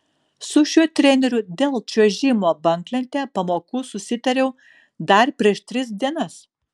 su šiuo treneriu dėl čiuožimo banglente pamokų susitariau dar prieš tris dienas